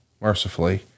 mercifully